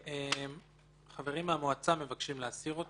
חברים מהמועצה מבקשים להסיר.